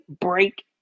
break